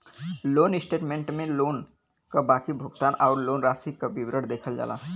loan statement में loan क बाकी भुगतान आउर लोन राशि क विवरण देखल जाला